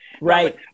Right